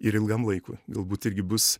ir ilgam laikui galbūt irgi bus